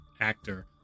actor